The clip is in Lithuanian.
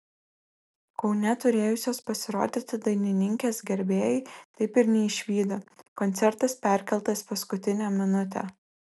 kaune turėjusios pasirodyti dainininkės gerbėjai taip ir neišvydo koncertas perkeltas paskutinę minutę